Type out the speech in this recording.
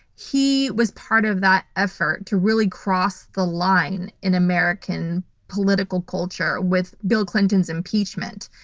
he was part of that effort to really cross the line in american political culture with bill clinton's impeachment.